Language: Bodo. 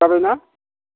जाबाय ना